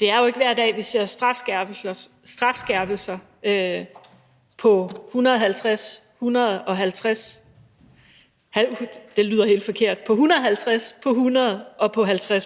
Det er jo ikke hver dag, vi ser strafskærpelser på 150 pct., 100 pct. og 50